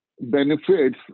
benefits